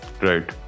Right